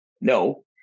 No